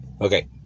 Okay